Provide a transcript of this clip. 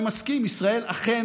אני אשמח לוועדת